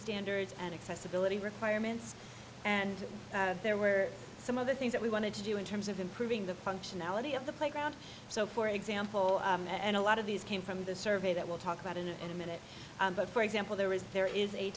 standards and accessibility requirements and there were some other things that we wanted to do in terms of improving the functionality of the playground so for example and a lot of these came from the survey that we'll talk about in and a minute but for example there is there is a